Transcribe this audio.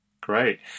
Great